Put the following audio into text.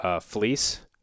fleece